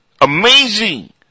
Amazing